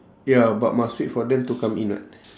ya but must wait for them to come in what